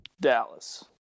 Dallas